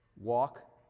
walk